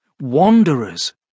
Wanderers